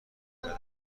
بدم